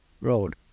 road